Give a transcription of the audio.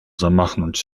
zamachnąć